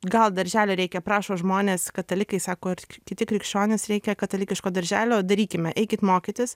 gal darželio reikia prašo žmonės katalikai sako ir kiti krikščionys reikia katalikiško darželio darykime eikit mokytis